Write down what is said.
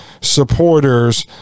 supporters